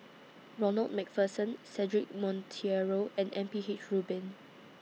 Ronald MacPherson Cedric Monteiro and M P H Rubin